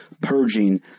purging